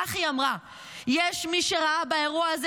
כך היא אמרה: "יש מי שראה באירוע הזה